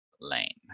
Lane